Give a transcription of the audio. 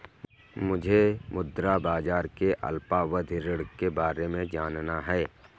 मुझे मुद्रा बाजार के अल्पावधि ऋण के बारे में जानना है